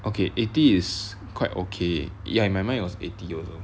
okay eighty is quite okay ya in my mind it was eighty also